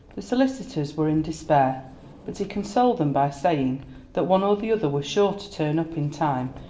the solicitors were in despair but he consoled them by saying that one or the other was sure to turn up in time,